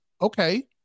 okay